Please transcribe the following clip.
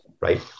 right